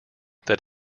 that